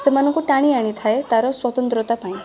ସେମାନଙ୍କୁ ଟାଣି ଆଣିଥାଏ ତା'ର ସ୍ୱତନ୍ତ୍ରତା ପାଇଁ